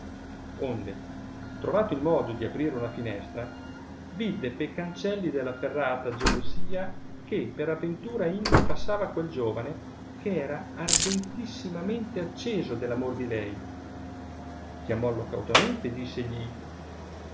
onde trovato il modo di aprire una finestra vidde pe cancelli della ferrata gelosia che per aventura indi passava quel giovane che era ardentissimamente acceso dell amor di lei chiamollo cautamente e dissegli